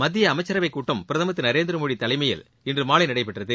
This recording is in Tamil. மத்திய அமைச்சரவை கூட்டம் பிரதமர் திரு நரேந்திர மோடி தலைனமயில் இன்று மாலை நளடபெற்றது